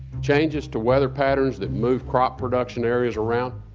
changes to weather patterns that move crop production areas around,